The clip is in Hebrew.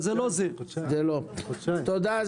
תודה.